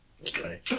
okay